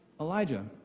elijah